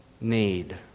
need